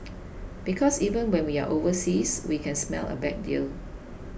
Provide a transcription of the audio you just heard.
because even when we are overseas we can smell a bad deal